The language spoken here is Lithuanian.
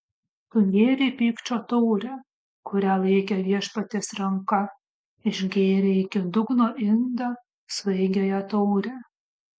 tu gėrei pykčio taurę kurią laikė viešpaties ranka išgėrei iki dugno indą svaigiąją taurę